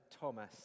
Thomas